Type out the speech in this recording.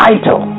Title